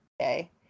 okay